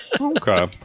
Okay